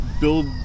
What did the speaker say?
build